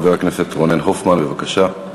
חבר הכנסת רונן הופמן, בבקשה.